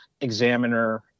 Examiner –